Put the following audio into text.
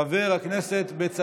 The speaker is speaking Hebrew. חבר הכנסת מאיר כהן,